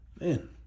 Man